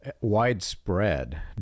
widespread